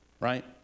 right